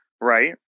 right